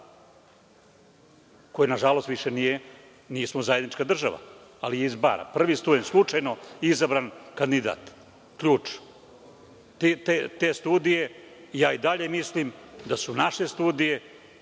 Bara, na žalost nismo više zajednička država, ali je iz Bara. Prvi student, slučajno izabran kandidat. Te studije, ja i dalje mislim da su naše studije